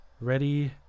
ready